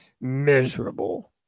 miserable